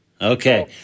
Okay